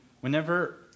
whenever